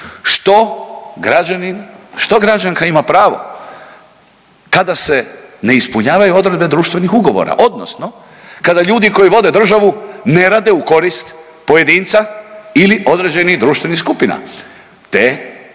Što građanin, što građanka ima prava kada se ne ispunjavaju odredbe društvenih ugovora odnosno kada ljudi koji vode državu ne rade u korist pojedinca ili određenih društvenih skupina? Te pojedince